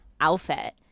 outfit